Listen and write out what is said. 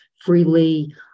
freely